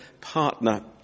partner